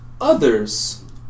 others